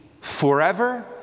forever